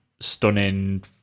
stunning